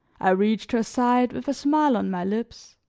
i reached her side with a smile on my lips,